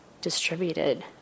distributed